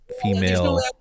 female